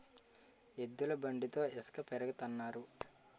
ఎద్దుల బండితో ఇసక పెరగతన్నారు